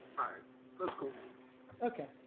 alright that's cool okay,